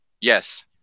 Yes